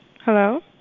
Hello